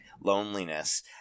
loneliness